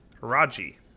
Raji